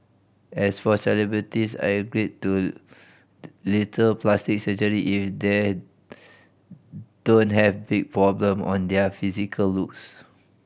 as for celebrities I agree to little plastic surgery if their don't have big problem on their physical looks